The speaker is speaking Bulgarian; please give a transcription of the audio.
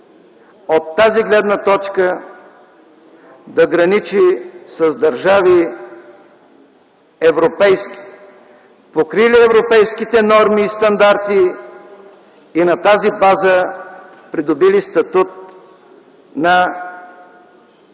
от тази гледна точка, да граничи с държави – европейски, покрили европейските норми и стандарти и на тази база придобили статут на